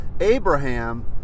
Abraham